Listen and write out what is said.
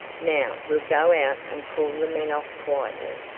now we'll go out and call the men off quietly.